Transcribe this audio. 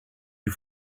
you